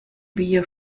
bier